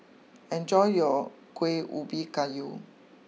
enjoy your Kueh Ubi Kayu